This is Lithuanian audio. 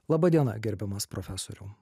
laba diena gerbiamas profesoriau